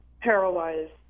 paralyzed